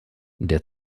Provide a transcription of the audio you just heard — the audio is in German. der